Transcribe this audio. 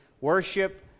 Worship